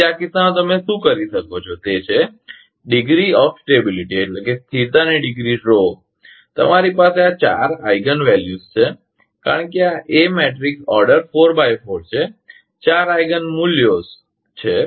તેથી આ કિસ્સામાં તમે શું કરી શકો છો તે છે સ્થિરતાની ડિગ્રી તમારી પાસે ચાર આઈગિન મૂલ્યો છે કારણ કે આ એ મેટ્રિક્સ ઓર્ડર 4x4 છે 4 આઈગિન મૂલ્યો છે